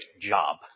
job